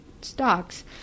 stocks